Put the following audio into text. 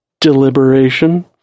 deliberation